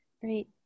great